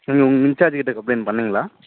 நீங்கள் உங்கள் இன்சார்ஜ் கிட்ட கம்ப்ளைண்ட் பண்ணீங்களா